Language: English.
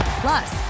Plus